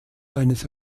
eines